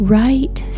right